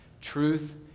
truth